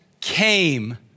came